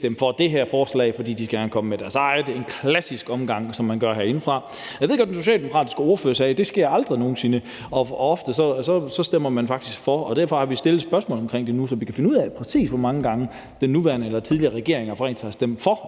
stemme for det her forslag, fordi de gerne vil komme med deres eget forslag, en klassisk omgang, som man gør det herindefra, og jeg ved godt, at den socialdemokratiske ordfører sagde, at det aldrig nogen sinde sker, og at man faktisk ofte stemmer for. Derfor har vi nu stillet et spørgsmål omkring det, så vi kan finde ud af, præcis hvor mange gange den nuværende eller den tidligere regering rent faktisk har stemt for